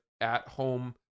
at-home